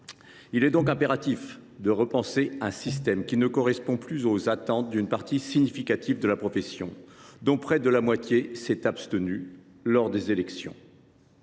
Il est donc impératif de repenser un système qui ne correspond plus aux attentes d’une partie significative de la profession, dont près de la moitié s’est abstenue lors des élections.